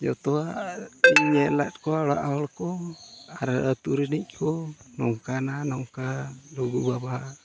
ᱡᱚᱛᱚᱣᱟᱜ ᱧᱮᱞᱟᱫ ᱠᱚᱣᱟ ᱚᱲᱟᱜ ᱦᱚᱲ ᱠᱚ ᱟᱨ ᱟᱹᱛᱩ ᱨᱤᱱᱤᱡ ᱠᱚ ᱱᱚᱝᱠᱟᱱᱟ ᱱᱚᱝᱠᱟ ᱞᱩᱜᱩ ᱵᱟᱵᱟ